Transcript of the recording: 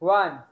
one